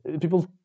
people